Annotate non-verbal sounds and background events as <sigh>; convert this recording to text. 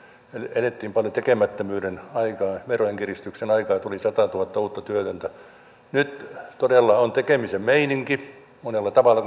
elettiin paljon tekemättömyyden aikaa verojen kiristyksen aikaa tuli satatuhatta uutta työtöntä nyt todella on tekemisen meininki monella tavalla <unintelligible>